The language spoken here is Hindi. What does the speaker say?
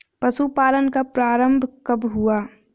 पशुपालन का प्रारंभ कब हुआ?